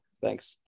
Thanks